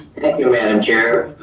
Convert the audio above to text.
thank you, madam chair.